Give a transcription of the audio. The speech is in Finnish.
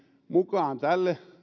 mukaan tälle